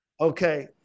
Okay